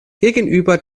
gegenüber